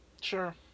sure